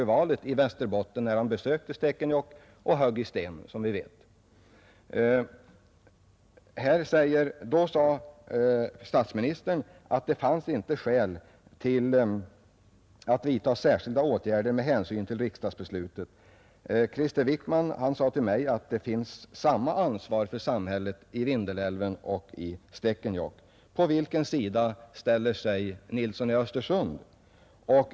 Olof Palme uttalade, när han strax före valet besökte Stekenjokk — och högg i sten, som vi vet — att det inte fanns skäl att vidta särskilda åtgärder med hänsyn till det fattade riksdagsbeslutet. Krister Wickman däremot sade till mig att samhället skall ha samma ansvar i fallet Vindelälven som i fallet Stekenjokk. På vilken sida ställer sig herr Nilsson i Östersund?